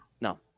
No